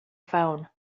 phone